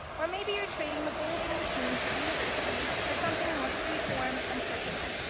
or maybe you're trading the goals and routines of university for something more freeform and personal.